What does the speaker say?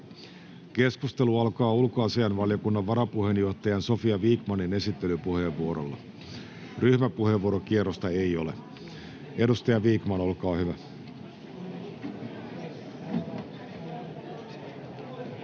Keskustelu alkaa ulkoasiainvaliokunnan varapuheenjohtajan Sofia Vikmanin esittelypuheenvuorolla. Ryhmäpuheenvuorokierrosta ei ole. — Edustaja Vikman, olkaa hyvä.